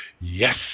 yes